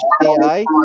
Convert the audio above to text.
AI